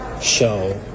show